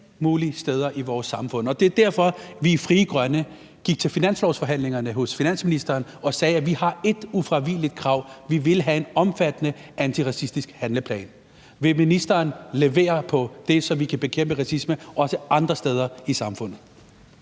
mulige steder i vores samfund. Det var derfor, at vi i Frie Grønne gik til finanslovsforhandlingerne hos finansministeren og sagde, at vi har et ufravigeligt krav, nemlig at vi vil have en omfattende antiracistisk handleplan. Vil ministeren levere på det, så vi kan bekæmpe racisme også andre steder i samfundet?